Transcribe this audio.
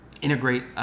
integrate